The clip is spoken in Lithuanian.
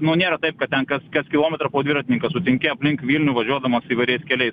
nu nėra taip kad ten kas kas kilometrą dviratininką sutinki aplink vilnių važiuodamas įvairiais keliais